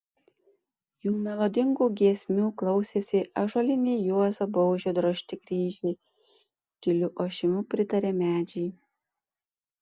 jų melodingų giesmių klausėsi ąžuoliniai juozo baužio drožti kryžiai tyliu ošimu pritarė medžiai